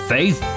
Faith